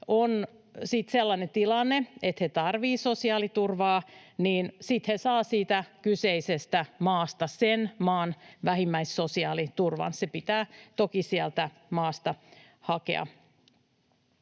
on sellainen tilanne, että hän tarvitsee sosiaaliturvaa, niin sitten hän saa siitä kyseisestä maasta sen maan vähimmäissosiaaliturvan. Se pitää toki siitä maasta hakea.